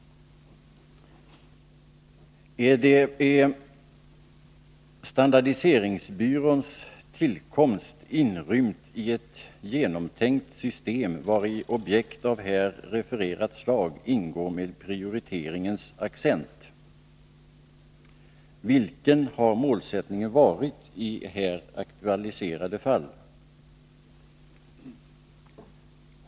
Är standardiseringsbyråns tillkomst inrymd i ett genomtänkt system, vari objekt av här refererat slag ingår med prioriteringens accent? Vilken har målsättningen varit i här aktualiserade fall?